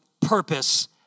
purpose